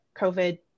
COVID